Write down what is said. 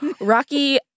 Rocky